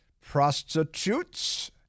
prostitutes